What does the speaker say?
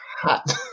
hot